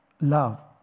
love